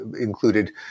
included